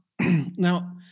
now